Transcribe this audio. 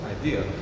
idea